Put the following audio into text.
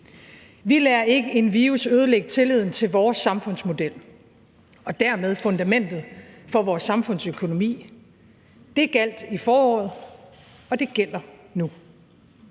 Vi lader ikke en virus ødelægge tilliden til vores samfundsmodel og dermed fundamentet for vores samfundsøkonomi. Det gjaldt i foråret, og det gælder nu.